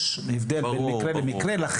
ברור, ברור.